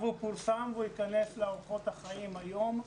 הנוהל פורסם והוא ייכנס לאורחות החיים היום.